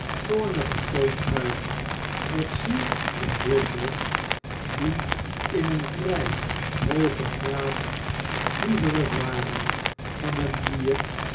toornigen toon uit dat giles en brittles die in een vrij hoogen graad doezerig waren van het bier